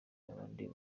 n’ahandi